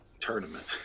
tournament